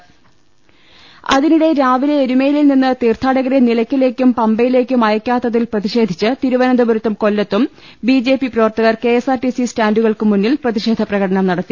ലലലലലലലലലലലലല അതിനിടെ രാവിലെ എരുമേലിയിൽ നിന്ന് തീർത്ഥാ ടകരെ നിലയ്ക്കലേക്കും പമ്പയിലേക്കും അയക്കാത്ത തിൽ പ്രതിഷേധിച്ച് തിരുവനന്തപുരത്തും കൊല്ലത്തും ബി ജെ പി പ്രവർത്തകർ K S R T C സ്റ്റാന്റു കൾക്കു മുന്നിൽ പ്രതിഷേധ പ്രകടനം നടത്തി